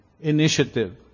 Initiative